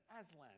Aslan